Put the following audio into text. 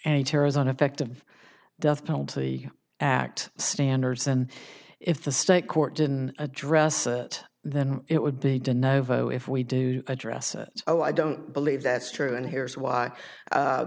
on terrorism effective death penalty act standards and if the state court didn't address it then it would be dunno vo if we do address it oh i don't believe that's true and here's why